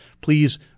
please